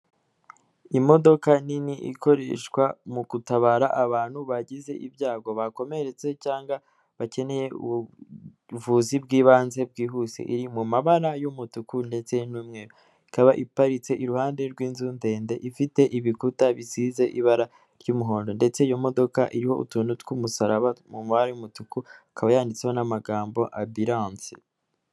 Imodoka nini ikoreshwa mu gutabara abantu bagize ibyago bakomeretse cyangwa bakeneye ubuvuzi bw'ibanze bwihuse, iri mu mabara y'umutuku ndetse n'umweru, ikaba iparitse iruhande rw'inzu ndende ifite ibikuta bisize ibara ry'umuhondo ndetse iyo modoka iriho utuntu tw'umusaraba mu mabara y'umutuku, ikaba yanditseho n'amagambo ambilanse